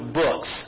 books